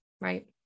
Right